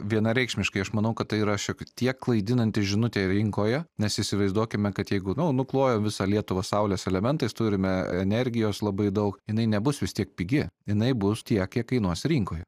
vienareikšmiškai aš manau kad tai yra šiek tiek klaidinanti žinutė rinkoje nes įsivaizduokime kad jeigu nu nuklojo visą lietuvą saulės elementais turime energijos labai daug jinai nebus vis tiek pigi jinai bus tiek kiek kainuos rinkoj